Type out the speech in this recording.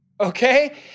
okay